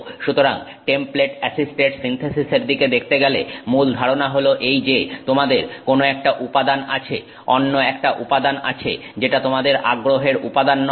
সুতরাং template assisted সিন্থেসিসের দিকে দেখতে গেলে মূল ধারণা হল এই যে তোমাদের কোন একটা উপাদান আছে অন্য একটা উপাদান আছে যেটা তোমাদের আগ্রহের উপাদান নয়